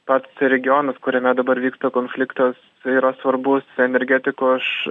pats regionas kuriame dabar vyksta konfliktas yra svarbus energetikos š